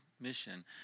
mission